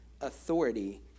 authority